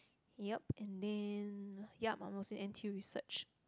yup and then yup I'm also in N_T_U research